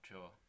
Sure